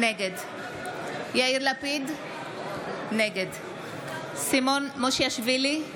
נגד יאיר לפיד, נגד סימון מושיאשוילי,